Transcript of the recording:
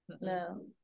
no